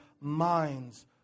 minds